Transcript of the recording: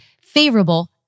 favorable